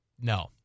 no